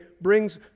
brings